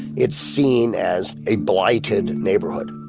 it's seen as a blighted neighborhood.